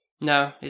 No